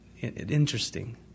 interesting